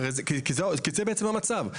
כי זה בעצם המצב.